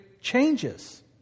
changes